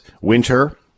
winter